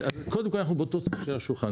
קודם כול, אנחנו באותו צד של השולחן.